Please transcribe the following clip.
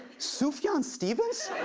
sufjan stevens.